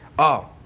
oh!